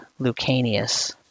Lucanius